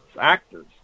actors